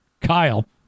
Kyle